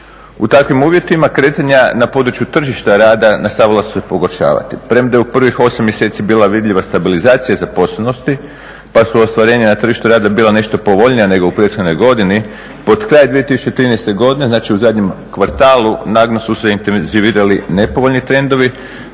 U takvim uvjetima kretanja na području tržišta rada nastavila su se pogoršavati. Premda je u prvih 8. mjeseci bila vidljiva stabilizacija zaposlenosti, pa su ostvarenja na tržištu rada bila nešto povoljnija nego u prethodnoj godini, pod kraj 2013. godine, znači u zadnjem kvartalu naglo su se … nepovoljni trendovi